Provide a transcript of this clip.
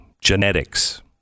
genetics